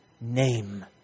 name